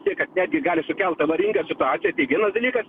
tiek kad netgi gali sukelt avaringą situaciją tai vienas dalykas